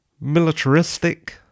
militaristic